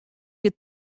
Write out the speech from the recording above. hjir